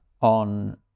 on